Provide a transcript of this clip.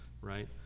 right